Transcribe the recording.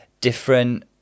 different